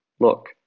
Look